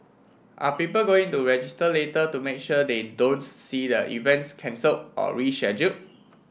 are people going to register later to make sure they don't see their events cancelled or reschedule